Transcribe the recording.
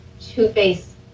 Two-Face